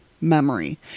memory